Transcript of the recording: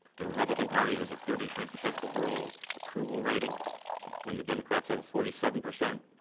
the republican party has a thirty three percent overall approval rating when the democrats have forty seven percent.